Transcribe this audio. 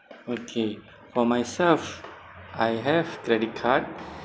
okay for myself I have credit card